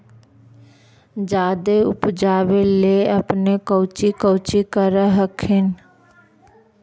जादे उपजाबे ले अपने कौची कौची कर हखिन?